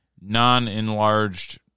non-enlarged